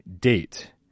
Date